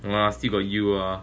yeah still got you ah